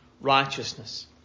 righteousness